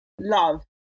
love